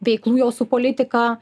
veiklų jau su politika